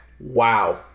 Wow